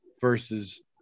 versus